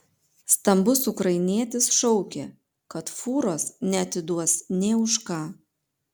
stambus ukrainietis šaukė kad fūros neatiduos nė už ką